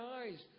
eyes